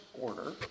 order